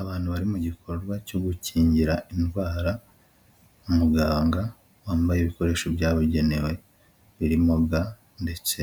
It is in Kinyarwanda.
Abantu bari mu gikorwa cyo gukingira indwara umuganga wambaye ibikoresho byabugenewe birimo ga ndetse